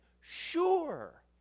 Sure